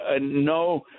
no